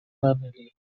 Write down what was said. valley